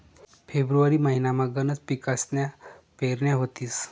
February महिनामा गनच पिकसन्या पेरण्या व्हतीस